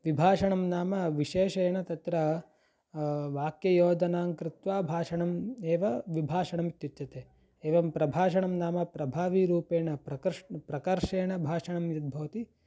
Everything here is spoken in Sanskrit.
विभाषणं नाम विशेषेण तत्र वाक्ययोजनां कृत्वा भाषणम् एव विभाषणम् इत्युच्यते एवं प्रभाषणं नाम प्रभाविरूपेण प्रकर्षः प्रकर्षेण भाषणं यद्भवति